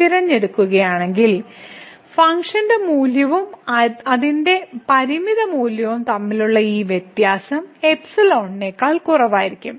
തിരഞ്ഞെടുക്കുകയാണെങ്കിൽ ഫംഗ്ഷൻ മൂല്യവും അതിന്റെ പരിമിത മൂല്യവും തമ്മിലുള്ള ഈ വ്യത്യാസം നേക്കാൾ കുറവായിരിക്കും